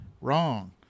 wrong